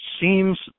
seems